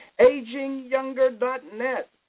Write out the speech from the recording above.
agingyounger.net